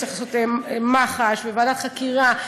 שצריך לעשות במח"ש ועדת חקירה,